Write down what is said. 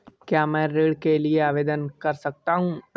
क्या मैं ऋण के लिए ऑनलाइन आवेदन कर सकता हूँ?